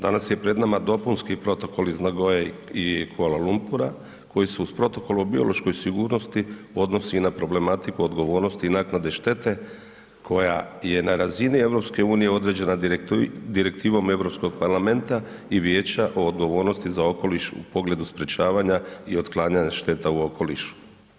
Danas je pred nama Dopunski protokol iz Nagoye i Kuala Lumpura koji su uz Protokol o biološkoj sigurnosti odnosi i na problematiku odgovornosti i naknade štete koja je na razini EU određena direktivom EU parlamenta i Vijeća o odgovornosti za okoliš u pogledu sprječavanja i otklanjanje šteta u okolišu.